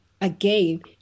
Again